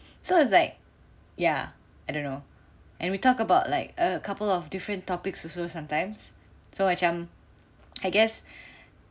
so is like ya I don't know and we talk about like a couple of different topics also sometimes so macam I guess